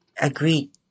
agreed